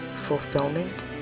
fulfillment